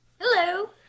Hello